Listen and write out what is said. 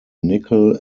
nickel